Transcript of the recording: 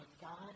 God